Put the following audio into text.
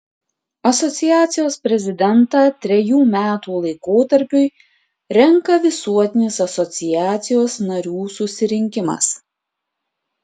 asociacijos prezidentą trejų metų laikotarpiui renka visuotinis asociacijos narių susirinkimas